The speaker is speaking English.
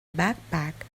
backpack